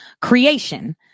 creation